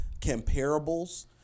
comparables